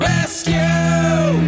Rescue